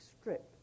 strip